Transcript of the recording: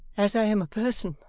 as i am a person,